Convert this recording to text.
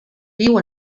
viu